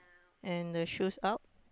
and the shoes out